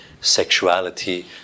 sexuality